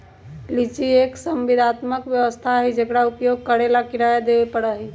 lease एक संविदात्मक व्यवस्था हई जेकरा उपयोग करे ला किराया देवे पड़ा हई